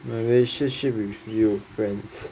my relationship with your friends